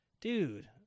dude